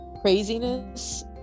craziness